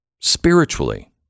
Spiritually